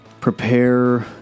prepare